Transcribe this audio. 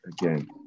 again